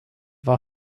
war